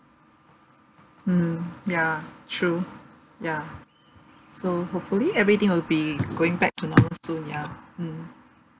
mm ya true ya so hopefully everything will be going back to normal soon ya mm